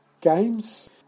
Games